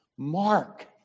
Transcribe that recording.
Mark